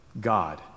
God